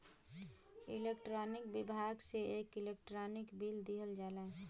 electronic विभाग से एक इलेक्ट्रानिक बिल दिहल जाला